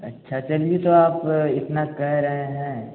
अच्छा चलिए तो आप इतना कह रहे हैं